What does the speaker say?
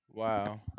Wow